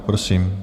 Prosím.